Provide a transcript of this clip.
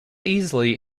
easily